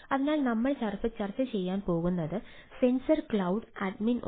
അതിനാൽ നമ്മൾ ചർച്ച ചെയ്യുമ്പോൾ സെൻസർ ക്ലൌഡ് അഡ്മിൻ ഉണ്ട്